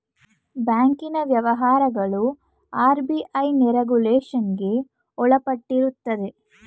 ಬ್ಯಾಂಕಿನ ವ್ಯವಹಾರಗಳು ಆರ್.ಬಿ.ಐನ ರೆಗುಲೇಷನ್ಗೆ ಒಳಪಟ್ಟಿರುತ್ತದೆ